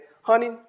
honey